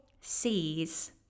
C's